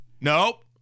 Nope